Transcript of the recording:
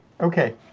Okay